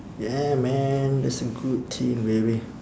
ya man that's a good thing baby